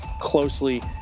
closely